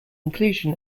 inclusion